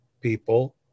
people